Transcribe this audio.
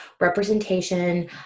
representation